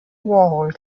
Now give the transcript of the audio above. warhol